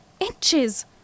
Inches